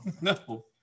No